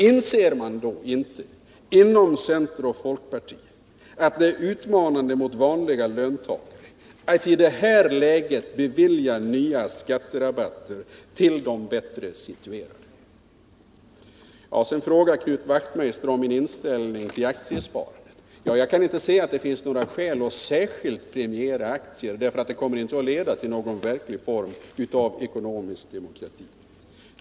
Inser man då inte inom centern och folkpartiet att det är utmanande mot vanliga löntagare att i det här läget bevilja nya skatterabatter till de bättre situerade? Knut Wachtmeister frågar om min inställning till aktiesparande. Jag kan inte se att det finns några skäl för att särskilt premiera aktier, för det kommer inte att leda till någon verklig form av ekonomisk demokrati.